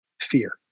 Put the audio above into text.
fear